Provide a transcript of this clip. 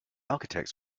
architects